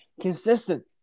consistent